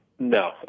No